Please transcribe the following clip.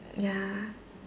ya